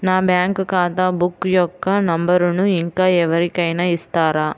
నా బ్యాంక్ ఖాతా బుక్ యొక్క నంబరును ఇంకా ఎవరి కైనా ఇస్తారా?